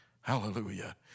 Hallelujah